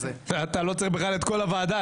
אתה לא צריך בכלל את כל הוועדה.